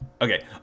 Okay